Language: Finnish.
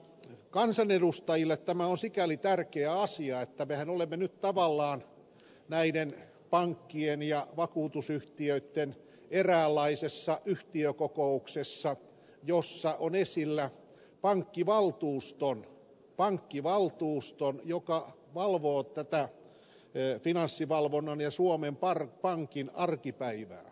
kansanedustajille tämä on sikäli tärkeä asia että mehän olemme nyt tavallaan näiden pankkien ja vakuutusyhtiöitten eräänlaisessa yhtiökokouksessa jossa on esillä pankkivaltuuston kertomus joka elin valvoo tätä finanssivalvonnan ja suomen pankin arkipäivää